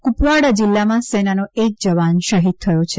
કુપવાડા જિલ્લામાં સેનાનો એક જવાન શહીદ થયો છે